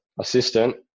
assistant